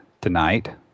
tonight